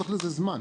צריך לזה זמן,